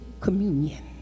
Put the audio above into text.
communion